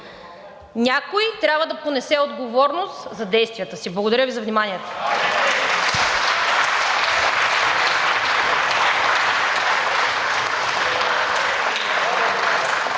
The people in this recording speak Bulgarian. Някой трябва да понесе отговорност за действията си. Благодаря Ви за вниманието.